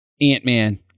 Ant-Man